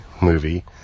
movie